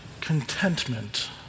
contentment